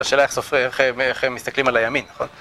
השאלה איך מסתכלים על הימין, נכון?